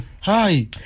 Hi